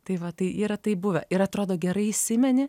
tai va tai yra taip buvę ir atrodo gerai įsimeni